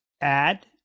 add